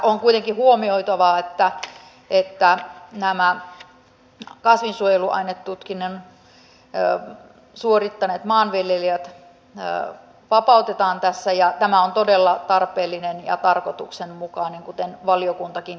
on kuitenkin huomioitavaa että nämä kasvinsuojeluainetutkinnon suorittaneet maanviljelijät vapautetaan tässä ja tämä on todella tarpeellinen ja tarkoituksenmukainen kuten valiokuntakin lausunnossaan toteaa